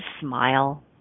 smile